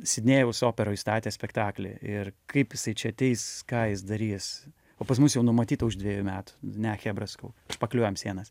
sidnėjaus operoj statė spektaklį ir kaip jisai čia ateis ką jis darys o pas mus jau numatyta už dvejų metų ne chebra sakau špakliuojam sienas